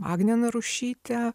agnę narušytę